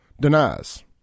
denies